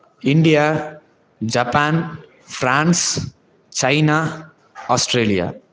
India Japan France China Australia